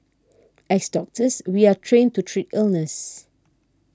as doctors we are trained to treat illness